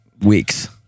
weeks